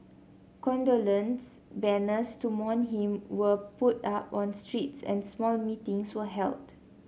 condolence banners to mourn him were put up on streets and small meetings were held